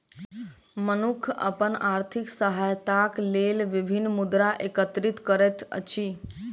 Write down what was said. मनुख अपन आर्थिक सहायताक लेल विभिन्न मुद्रा एकत्रित करैत अछि